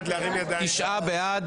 הצבעה